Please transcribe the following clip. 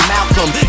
Malcolm